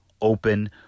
open